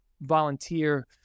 volunteer